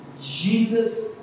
Jesus